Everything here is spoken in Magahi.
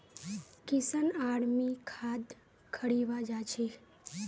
किशन आर मी खाद खरीवा जा छी